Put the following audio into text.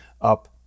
up